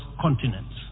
continents